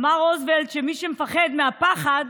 אמר רוזוולט שמי שמפחד מהפחד,